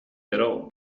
però